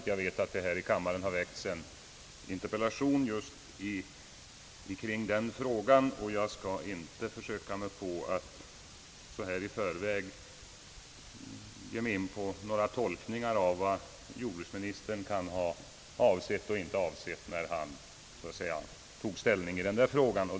Jag vet att här i kammaren har väckts en interpellation just kring denna fråga, och jag skall inte försöka att så här i förväg komma med några tolkningar av vad jordbruksministern kan ha avsett och inte avsett när han tog ställning i frågan.